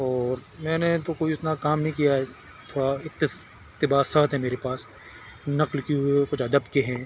اور میں نے تو کوئی اتنا کام نہیں کیا ہے تھوڑا اقتباسات ہیں میرے پاس نقل کی ہوئی کچھ ادب کے ہیں